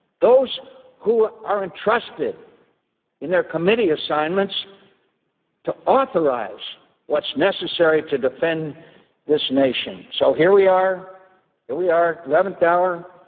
those who are entrusted in their committee assignments to authorize what's necessary to defend this nation. so here we are here we are, the eleventh hour,